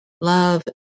love